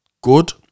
good